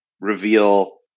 reveal